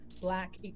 black